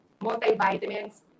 multivitamins